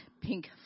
pink